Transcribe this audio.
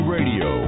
Radio